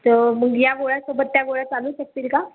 तर मग ह्या गोळ्यांसोबत त्या गोळ्या चालू शकतील का